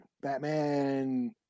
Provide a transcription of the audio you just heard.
batman